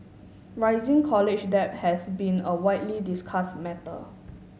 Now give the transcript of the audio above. rising college debt has been a widely discussed matter